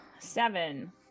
Seven